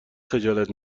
خجالت